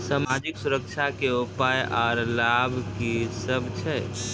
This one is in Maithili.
समाजिक सुरक्षा के उपाय आर लाभ की सभ छै?